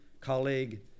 colleague